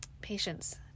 patience